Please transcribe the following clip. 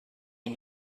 این